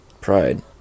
pride